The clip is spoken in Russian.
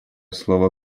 слово